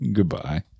Goodbye